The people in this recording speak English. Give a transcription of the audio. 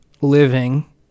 living